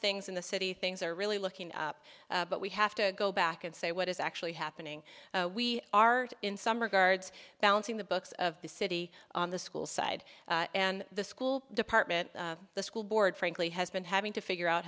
things in the city things are really looking up but we have to go back and say what is actually happening we are in some regards balancing the books of the city the school side and the school department the school board frankly has been having to figure out